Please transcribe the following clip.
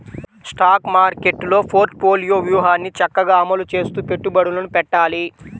stock మార్కెట్టులో portfolio వ్యూహాన్ని చక్కగా అమలు చేస్తూ పెట్టుబడులను పెట్టాలి